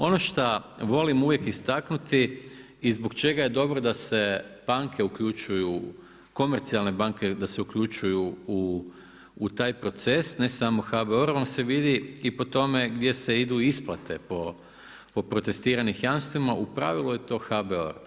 Ono šta volim uvijek istaknuti i zbog čega je dobro da se banke uključuju, komercijalne banke da se uključuju u taj proces, ne samo HBOR, onda se vidi i po to me gdje se idu isplate po protestiranih jamstvima u pravilu je to HBOR.